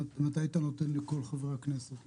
מתי אתה נותן לכל חברי הכנסת לדבר?